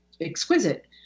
exquisite